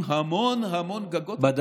המון המון גגות עם פאנלים סולריים.